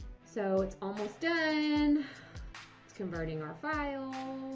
so it's almost done. it's converting our file.